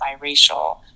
biracial